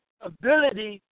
ability